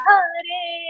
Hare